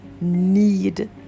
need